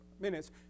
minutes